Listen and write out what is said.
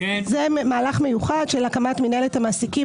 זה מהלך מיוחד של הקמת מנהלת המעסיקים.